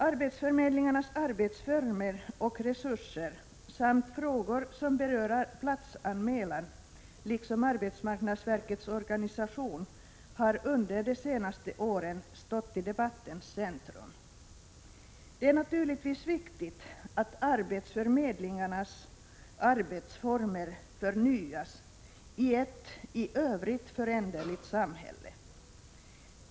Arbetsförmedlingarnas arbetsformer och resurser samt frågor som berör platsanmälan, liksom frågan om arbetsmarknadsverkets organisation, har under de senaste åren stått i debattens centrum. Det är naturligtvis viktigt att arbetsförmedlingarnas arbetsformer förnyas i ett i övrigt föränderligt samhälle.